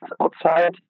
outside